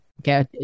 okay